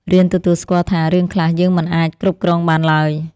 រៀនទទួលស្គាល់ថា រឿងខ្លះយើងមិនអាចគ្រប់គ្រងបានឡើយ។